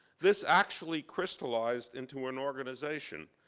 this actually crystallized into an organization,